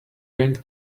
going